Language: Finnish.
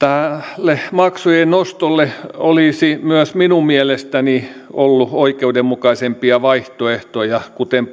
tälle maksujen nostolle olisi myös minun mielestäni ollut oikeudenmukaisempia vaihtoehtoja kuten